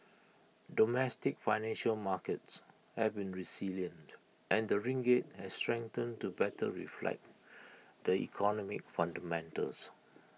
domestic financial markets have been resilient and the ringgit has strengthened to better reflect the economic fundamentals